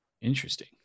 Interesting